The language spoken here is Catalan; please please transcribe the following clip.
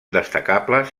destacables